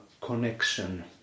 connection